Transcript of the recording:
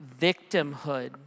victimhood